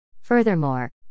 Furthermore